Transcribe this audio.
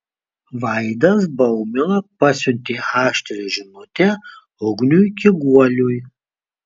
vaidas baumila pasiuntė aštrią žinutę ugniui kiguoliui